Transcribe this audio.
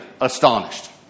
astonished